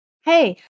Hey